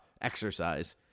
exercise